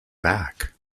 back